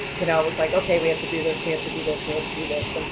you know, it was like, okay, we have to do this, we have to do this, we have to do this. and